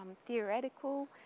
theoretical